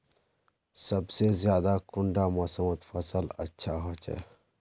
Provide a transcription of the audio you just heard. सबसे ज्यादा कुंडा मोसमोत फसल अच्छा होचे?